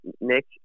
Nick